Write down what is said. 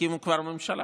תקימו כבר ממשלה.